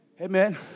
Amen